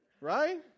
right